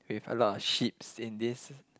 with a lot of sheeps in this